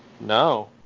No